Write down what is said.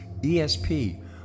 ESP